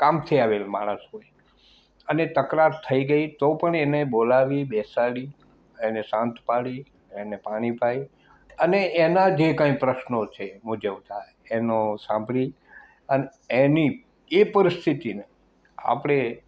કામથી આવેલ માણસ હોય અને તકરાર થઈ ગઈ તો પણ એને બોલાવી બેસાડી એને શાંત પાડી એને પાણી પાવી અને એના જે કંઈ પ્રશ્નો છે મૂંઝવતા એનો સાંભળી અને એની એ પરિસ્થિતિને આપણે